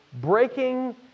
breaking